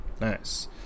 nice